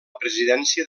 presidència